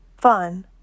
fun